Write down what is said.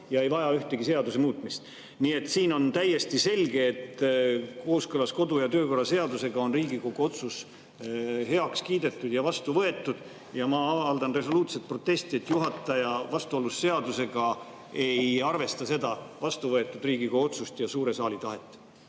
ega vaja ühtegi seaduse muutmist. Nii et siin on täiesti selge, et kooskõlas kodu‑ ja töökorra seadusega on Riigikogu otsus heaks kiidetud ja vastu võetud. Ma avaldan resoluutset protesti, et juhataja vastuolus seadusega ei arvesta seda vastuvõetud Riigikogu otsust ja suure saali tahet.